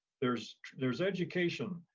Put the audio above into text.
there's there's education,